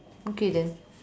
okay then